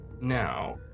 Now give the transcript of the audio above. Now